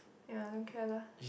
ya don't care lah